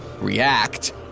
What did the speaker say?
react